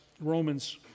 Romans